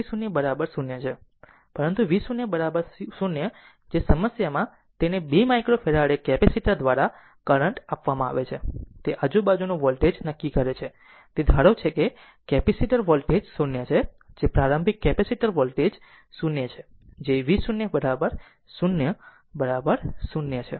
છે પરંતુ v 0 0 જે સમસ્યામાં તેને 2 માઇક્રોફેરાડે કેપેસિટર દ્વારા કરંટ આપવામાં આવે છે તે તે આજુબાજુનું વોલ્ટેજ નક્કી કરે છે તે ધારે છે કે કેપેસિટર વોલ્ટેજ 0 છે જે પ્રારંભિક કેપેસિટર વોલ્ટેજ 0 છે જે v 0 0 બરાબર 0 છે